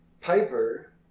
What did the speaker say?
Piper